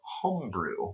homebrew